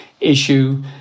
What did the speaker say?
issue